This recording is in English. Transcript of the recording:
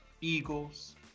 Eagles